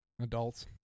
adults